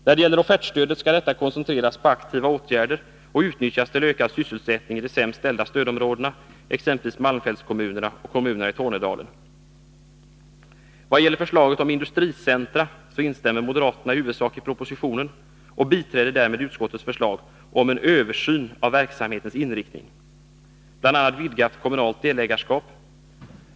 När det gäller offertstödet skall detta koncentreras på aktiva åtgärder och utnyttjas till ökad sysselsättning i de sämst ställda stödområdena, exempelvis malmfältskommunerna och kommunerna i Tornedalen. Vad gäller förslaget om industricentra instämmer moderaterna i huvudsak i vad som sagts i propositionen och biträder därmed utskottets förslag om en översyn av verksamhetens inriktning, bl.a. vidgat kommunalt delägarskap.